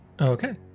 Okay